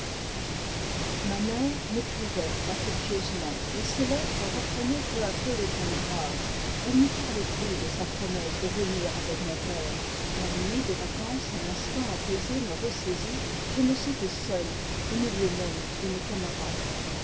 ma mère m'écrivait affectueusement mais ses lettres reprenaient peu à peu le ton grave elle n'y parlait plus de sa promesse de venir avec mon père l'ennui des vacances un instant apaisé me ressaisit je me sentais seul au milieu même de mes camarades